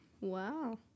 Wow